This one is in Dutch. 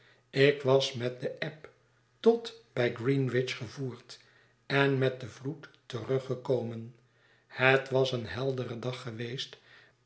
ik was met de eb tot bij greenwich gevoerd en met den vloed teruggekomen het was een heldere dag geweest